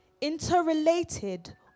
interrelated